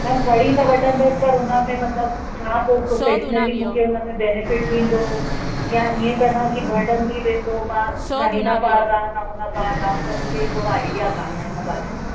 न खणी त वठंदसि पर हुनमें मतिलब छा पोइ प्रोफ़ेशनली मूंखे हुनमें बेनीफ़िट थींदो या ईअं त न की बर्डन वधी वेंदो मां न हिन पार रहां न हुन पार रहां त मूंखे थोरो आइडिया कोन्ह आहे इन बारे में